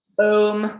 boom